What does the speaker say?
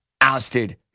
ousted